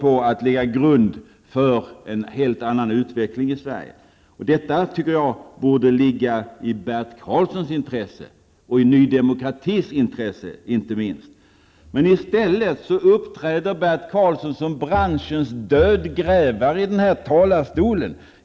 En grund för en helt annan utveckling i Sverige läggs nu. Det här borde ligga i Bert Karlssons och inte minst Ny Demokratis intresse. I stället uppträder Bert Karlsson som branschens dödgrävare i denna talarstol.